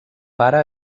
pare